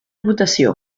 votació